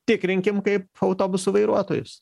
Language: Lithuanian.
tikrinkim kaip autobusų vairuotojus